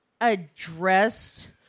addressed